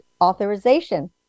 authorization